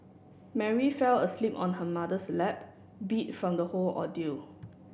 Mary fell asleep on her mother's lap beat from the whole ordeal